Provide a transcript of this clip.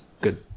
good